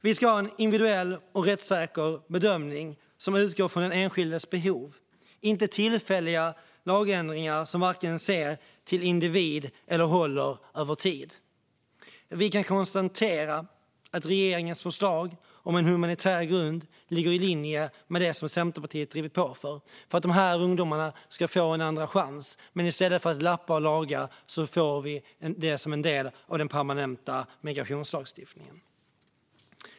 Vi ska ha en individuell och rättssäker bedömning som utgår från den enskildes behov, inte tillfälliga lagändringar som varken ser till individ eller håller över tid. Vi kan konstatera att regeringens förslag om en humanitär grund ligger i linje med det som Centerpartiet drivit på för. De här ungdomarna ska få en andra chans. Men i stället för att lappa och laga får vi det då som en del av den permanenta migrationslagstiftningen.